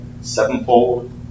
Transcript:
sevenfold